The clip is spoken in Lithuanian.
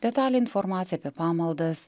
detalią informaciją apie pamaldas